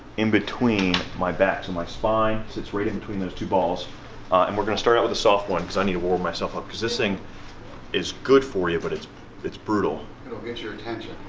in between my back. so my spine sits right in between those two balls and we're gonna start off with the soft one cause i need to warm myself up cause this thing is good for you but it's it's brutal. it'll get your attention.